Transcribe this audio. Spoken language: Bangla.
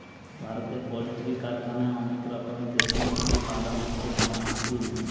ভারতে পোল্ট্রি কারখানায় অনেক রকমের দেশি মুরগি পালন হচ্ছে যেমন আসিল